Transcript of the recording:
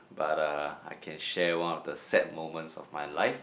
but ah I can share one of the sad moments of my life